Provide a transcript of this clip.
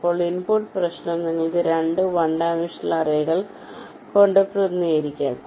അപ്പോൾ ഇൻപുട്ട് പ്രശ്നം നിങ്ങൾക്ക് 2 വൺ ഡൈമൻഷണൽ അറേകൾ കൊണ്ട് പ്രതിനിധീകരിക്കാം